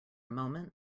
moment